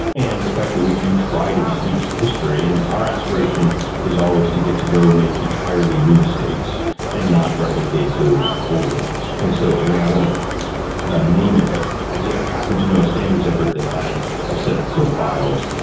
and the fact that we do try to be students of history, and our aspiration is always to get to go make entirely new mistakes and not replicate those older ones and so i mean, i won't name it but i happen to know a standards effort that had a set of profiles.